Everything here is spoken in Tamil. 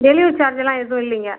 வெளியூர் சார்ஜ்லாம் எதுவும் இல்லைங்க